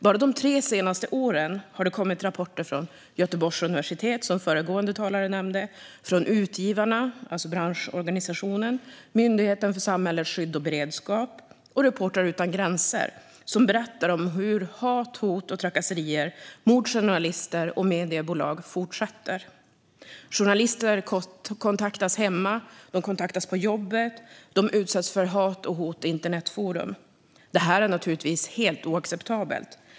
Bara de tre senaste åren har det kommit rapporter från Göteborgs universitet, som föregående talare nämnde, från branschorganisationen Utgivarna, från Myndigheten för samhällsskydd och beredskap och från Reportrar utan gränser, som berättar om hur hat, hot och trakasserier mot journalister och mediebolag fortsätter. Journalister kontaktas hemma och på jobbet, och de utsätts för hat och hot i internetforum. Detta är naturligtvis helt oacceptabelt.